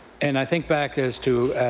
and i think back as to